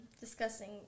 discussing